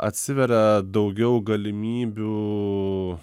atsiveria daugiau galimybių